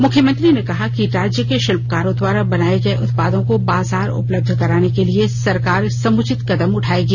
मुख्यमंत्री ने कहा कि राज्य के शिल्पकारों द्वारा बनाए गए उत्पादों को बाजार उपलब्ध कराने के लिए भी सरकार समुचित कदम उठाएगी